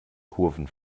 kurven